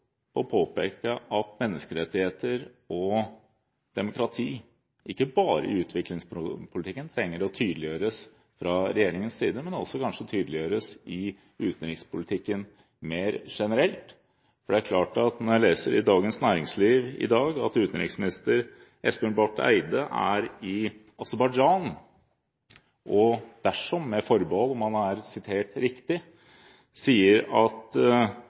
å påpeke at menneskerettigheter og demokrati ikke bare trengs å tydeliggjøres fra regjeringens side i utviklingspolitikken, men også kanskje tydeliggjøres i utenrikspolitikken mer generelt. Jeg leser i Dagens Næringsliv i dag at utenriksminister Espen Barth Eide er i Aserbajdsjan. Dersom han, med forbehold, er sitert riktig